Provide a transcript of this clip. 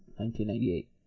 1998